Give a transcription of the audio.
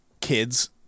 Kids